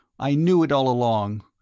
i knew it all along!